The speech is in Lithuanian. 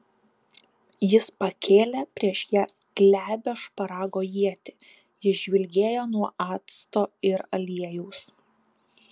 jis pakėlė prieš ją glebią šparago ietį ji žvilgėjo nuo acto ir aliejaus